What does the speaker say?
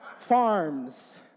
Farms